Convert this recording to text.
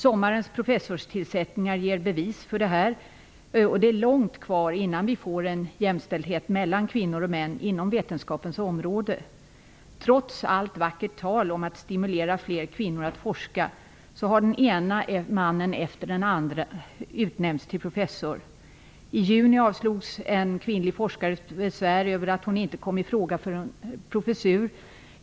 Sommarens professorstillsättningar ger bevis för detta. Det är långt kvar innan vi får en jämställdhet mellan kvinnor och män inom vetenskapens område. Trots allt vackert tal om att stimulera fler kvinnor att forska har den ena mannen efter den andra utnämnts till professor. I juni avslogs en kvinnlig forskares besvär över att hon inte kom ifråga för en professur.